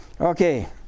Okay